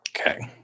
Okay